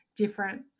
different